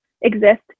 exist